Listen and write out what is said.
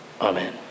Amen